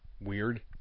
Weird